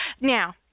Now